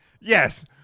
yes